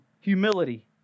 humility